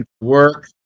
work